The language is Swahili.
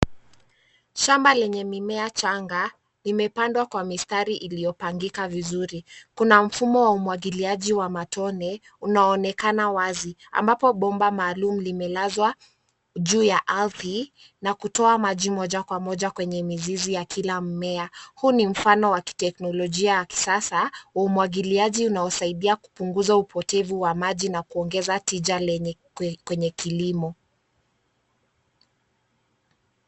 Shamba lenye mimea changa limepandwa kwa mistari iliyopangika vizuri. Kuna mfumo wa umwagiliaji wa matone unaoonekana wazi ambapo bomba maalum limelazwa juu ya ardhi na kutoa maji moja kwa moja kwenye mizizi ya kila mmea. Huu ni mfano wa kiteknolojia ya kisasa wa umwagiliaji; unaosaidia kupunguza upotevu wa maji na kuongeza tija kwenye kilimo.